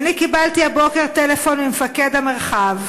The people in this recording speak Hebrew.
אני קיבלתי הבוקר טלפון ממפקד המרחב.